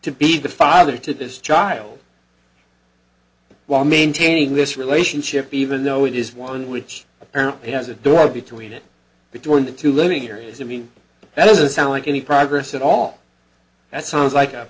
to be the father to this child while maintaining this relationship even though it is one which apparently has a door between it between the two living there is a being that is a sound like any progress at all that sounds like a